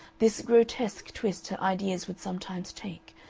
this grotesque twist her ideas would sometimes take,